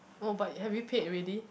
oh but have you paid already